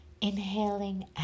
inhaling